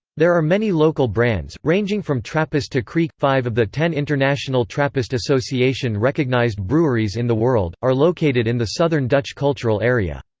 there are many local brands, ranging from trappist to kriek. five of the ten international trappist association recognised breweries in the world, are located in the southern dutch cultural area.